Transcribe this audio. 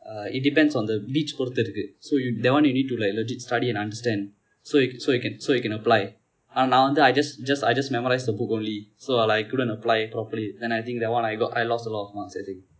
uh it depends on the beach பொருத்து இருக்கு:poruththu irukku so you that [one] you need to like legit study and understand so you so you can so you can apply ah ஆனா நான் வந்து:aana naan vandthu I just just I just memorize the book only so I like I couldn't apply it properly and I think that one I got I lost a lot of marks I think